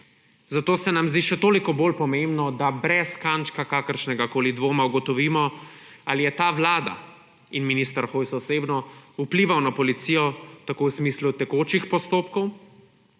Zato se nam zdi še toliko bolj pomembno, da brez kančka kakršnegakoli dvoma ugotovimo, ali je ta vlada in minister Hojs osebno vplival na policijo tako v smislu tekočih postopkov